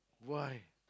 why